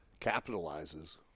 capitalizes